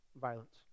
Violence